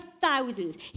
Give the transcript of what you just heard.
thousands